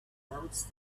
announced